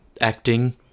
acting